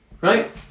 Right